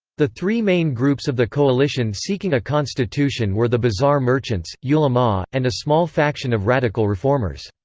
the three main groups of the coalition seeking a constitution were the bazaar merchants, ulama, and a small faction of radical reformers.